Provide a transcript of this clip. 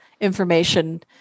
information